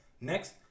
Next